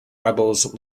rebels